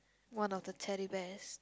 one of the Teddy Bears